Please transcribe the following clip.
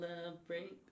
celebrate